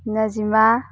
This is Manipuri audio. ꯅꯖꯤꯃꯥ